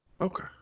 okay